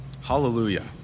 Hallelujah